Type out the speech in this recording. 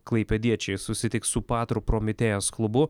klaipėdiečiai susitiks su patru prometėjas klubu